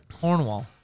Cornwall